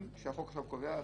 שהחוק עכשיו קובע,